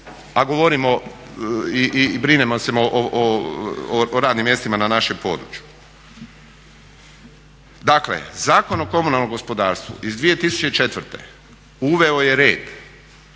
a govorimo i brinemo se o radnim mjestima na našem području? Dakle, Zakon o komunalnom gospodarstvu iz 2004. uveo je red.